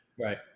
Right